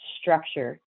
structure